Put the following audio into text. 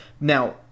Now